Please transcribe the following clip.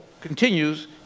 continues